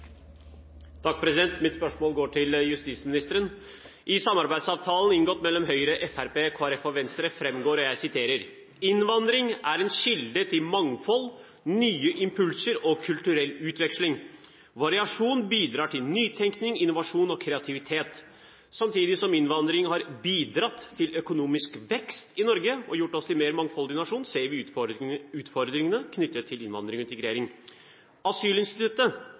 justisministeren. I samarbeidsavtalen inngått mellom Høyre, Fremskrittspartiet, Kristelig Folkeparti og Venstre framgår: «Innvandring er en kilde til mangfold, nye impulser og kulturell utveksling. Variasjon bidrar til nytekning, innovasjon og kreativitet. Samtidig som innvandring har bidratt til økonomisk vekst i Norge og gjort oss til en mer mangfoldig nasjon, ser vi utfordringer knyttet til innvandring og integrering.»